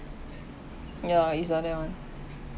ya is like that [one]